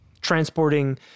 transporting